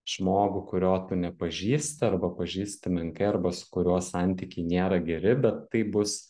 žmogų kurio tu nepažįsti arba pažįsti menkai arba su kuriuo santykiai nėra geri bet tai bus